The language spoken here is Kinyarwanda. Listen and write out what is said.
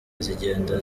zigenda